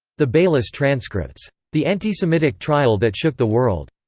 the beilis transcripts. the anti-semitic trial that shook the world.